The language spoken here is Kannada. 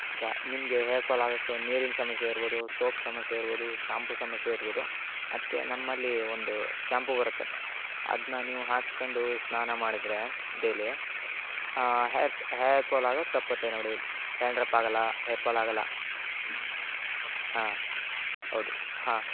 ಈಗ ನಿಮಗೆ ಹೇರ್ ಪಾಲ್ ಆಗೋಕೆ ನೀರಿನ ಸಮಸ್ಯೆ ಇರ್ಬೋದು ಸೋಪ್ ಸಮಸ್ಯೆ ಇರ್ಬೋದು ಶಾಂಪು ಸಮಸ್ಯೆ ಇರ್ಬೋದು ಅದಕ್ಕೆ ನಮ್ಮಲ್ಲಿ ಒಂದು ಶಾಂಪು ಬರುತ್ತೆ ಅದನ್ನ ನೀವು ಹಾಕ್ಕೊಂಡು ಸ್ನಾನ ಮಾಡಿದ್ರೆ ಡೈಲಿ ಹೇರ್ಸ್ ಹೇರ್ ಪಾಲ್ ಆಗದು ತಪ್ಪುತ್ತೆ ನೋಡಿ ಡ್ಯಾಂಡ್ರಪ್ ಆಗೊಲ್ಲ ಹೇರ್ ಪಾಲ್ ಆಗೊಲ್ಲ ಹಾಂ ಹೌದು ಹಾಂ